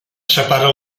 separa